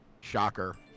Shocker